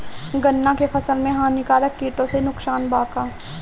गन्ना के फसल मे हानिकारक किटो से नुकसान बा का?